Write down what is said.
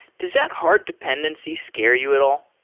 does that hard dependency scare you at all?